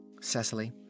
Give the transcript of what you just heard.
Cecily